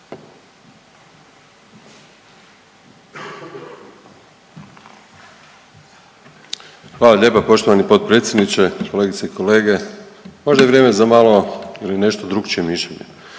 Hvala lijepa poštovani potpredsjedniče, kolegice i kolege. Možda je vrijeme za malo ili nešto drukčije mišljenje.